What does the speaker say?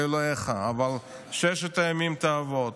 לאלוהיך, אבל ששת ימים תעבוד.